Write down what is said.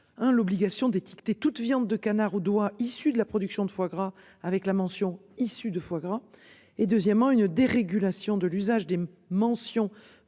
l'obligation d'étiqueter toute viande de canard ou d'oie issu de la production de foie gras avec la mention issus de foie gras et deuxièmement une dérégulation de l'usage des mentions